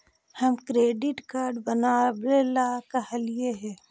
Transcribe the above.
हम credit card बनावे ला कहलिऐ हे?